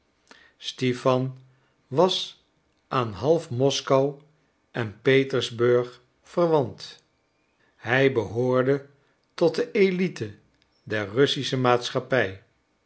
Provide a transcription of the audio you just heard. stipan was aan half moskou en petersburg verwant hij behoorde tot de élite der russische maatschappij